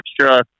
extra